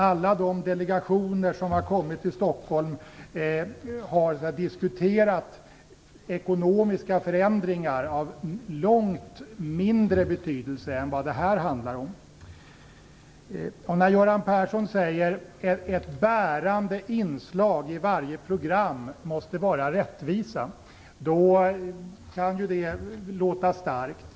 Alla de delegationer som har kommit till Stockholm har diskuterat ekonomiska förändringar av långt mindre betydelse än vad det här handlar om. När Göran Persson säger att ett bärande inslag i varje program måste vara rättvisa kan det låta starkt.